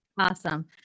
Awesome